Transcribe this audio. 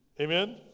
Amen